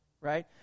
right